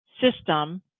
system